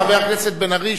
חבר הכנסת בן-ארי,